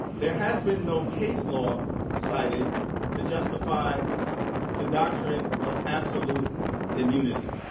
there has been no case law cited to justify the doctrine of absolute immunity.